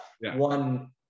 one